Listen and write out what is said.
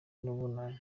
n’ubunani